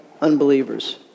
unbelievers